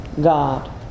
God